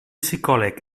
psicòleg